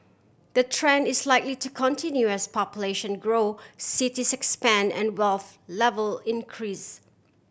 the trend is likely to continue as population grow cities expand and wealth level increase